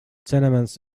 tenements